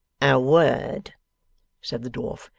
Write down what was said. a word said the dwarf,